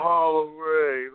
Holloway